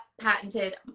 patented